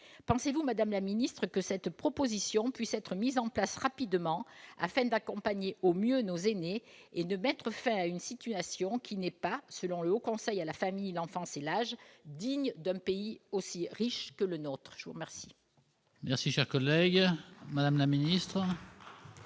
Pensez-vous, madame la ministre, que cette proposition puisse être mise en place rapidement afin d'accompagner au mieux nos aînés et de mettre fin à une situation qui n'est pas, selon le Haut Conseil de la famille, de l'enfance et de l'âge, « digne d'un pays aussi riche que le nôtre »? La parole est à Mme la ministre.